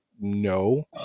no